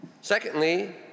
Secondly